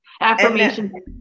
affirmation